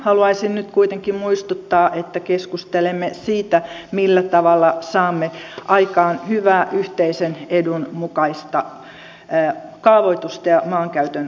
haluaisin nyt kuitenkin muistuttaa että keskustelemme siitä millä tavalla saamme aikaan hyvää yhteisen edun mukaista kaavoitusta ja maankäytön suunnittelua